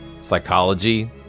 psychology